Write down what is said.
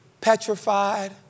petrified